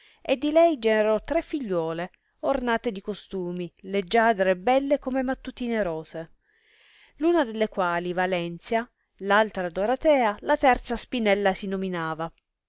e di lei generò tre figliuole ornate di costumi leggiadre e belle come mattutine rose l una delle quali valenzia l altra doratea la terza spinella si nominava